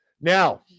Now